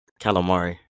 Calamari